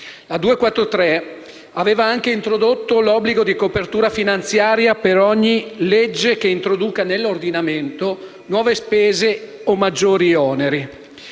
n. 243 aveva altresì introdotto l'obbligo di copertura finanziaria per ogni legge che introduca nell'ordinamento nuove spese o maggiori oneri.